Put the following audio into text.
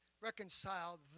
reconciled